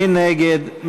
מי נגד?